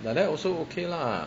but then also okay lah